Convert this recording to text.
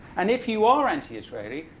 and if you are anti-israeli,